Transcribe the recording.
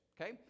Okay